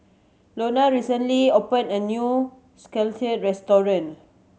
Lona recently opened a new restaurant